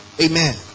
Amen